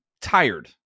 tired